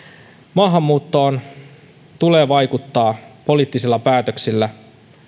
maahanmuuttoon tulee vaikuttaa poliittisilla päätöksillä